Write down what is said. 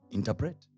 Interpret